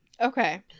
Okay